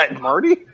Marty